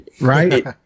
Right